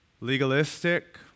legalistic